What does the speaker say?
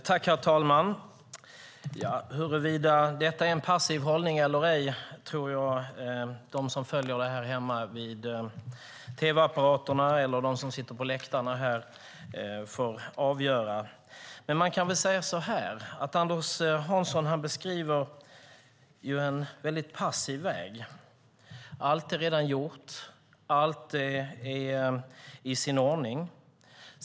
Herr talman! Huruvida detta är en passiv hållning eller ej får de som följer detta hemma vid tv-apparaterna och de som sitter på läktarna här avgöra. Men man kan väl säga att Anders Hansson beskriver en väldigt passiv väg. Allt är redan gjort. Allt är i sin ordning.